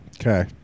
Okay